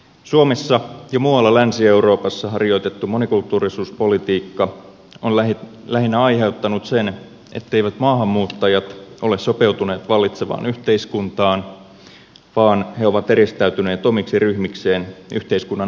suomessa ja muualla länsi euroopassa harjoitettu monikulttuurisuuspolitiikka on lähinnä aiheuttanut sen etteivät maahanmuuttajat ole sopeutuneet vallitsevaan yhteiskuntaan vaan he ovat eristäytyneet omiksi ryhmikseen yhteiskunnan ulkopuolelle